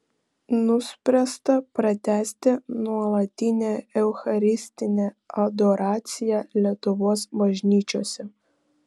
nuspręsta pratęsti nuolatinę eucharistinę adoraciją lietuvos bažnyčiose